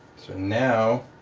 so now